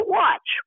watch